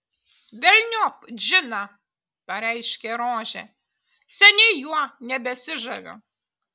velniop džiną pareiškė rožė seniai juo nebesižaviu